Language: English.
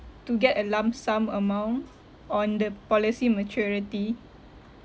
to get a lump sum amount on the policy maturity